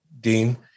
Dean